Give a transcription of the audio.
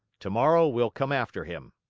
tomorrow we'll come after him.